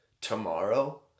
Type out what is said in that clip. tomorrow